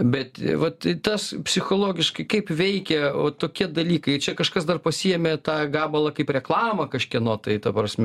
bet vat tas psichologiškai kaip veikia o tokie dalykai čia kažkas dar pasiėmė tą gabalą kaip reklamą kažkieno tai ta prasme